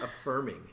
affirming